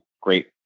great